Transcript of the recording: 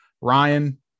Ryan